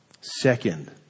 Second